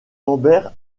lambert